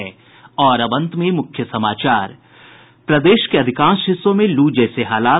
और अब अंत में मुख्य समाचार प्रदेश के अधिकांश हिस्सों में लू जैसे हालात